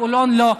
חולון לא.